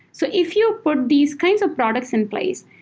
so if you put these kinds of products in place,